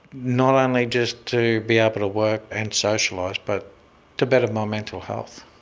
not only just to be able to work and socialise but to better my mental health.